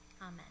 Amen